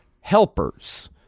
Helpers